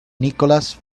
nicholas